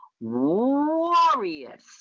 Warriors